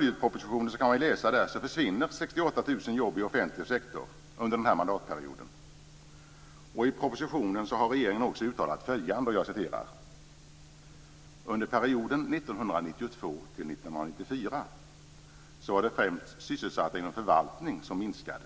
Det försvinner 68 000 jobb i offentlig sektor under den här mandatperioden enligt uppgift i budgetpropositionen, och där har regeringen också uttalat följande: "Under perioden 1992 till 1994 var det främst sysselsatta inom förvaltning som minskade,